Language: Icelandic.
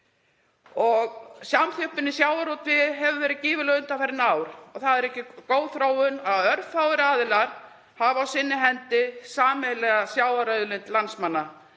Samþjöppun í sjávarútvegi hefur verið gífurleg undanfarin ár og það er ekki góð þróun að örfáir aðilar hafi á sinni hendi sameiginlega sjávarauðlind landsmanna.